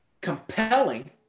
compelling